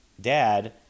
Dad